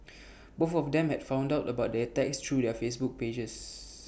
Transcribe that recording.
both of them had found out about the attacks through their Facebook pages